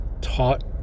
taught